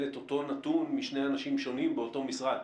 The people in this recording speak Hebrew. את אותו נתון משני אנשים שונים באותו משרד.